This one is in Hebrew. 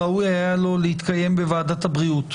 ראוי היה לו להתקיים בוועדת הבריאות,